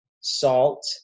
salt